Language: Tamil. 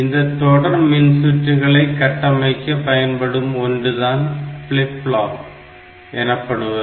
இந்த தொடர் மின் சுற்றுகளை கட்டமைக்க பயன்படும் ஒன்றுதான் ஃபிளிப் ஃப்ளாப் எனப்படுவது